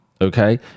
okay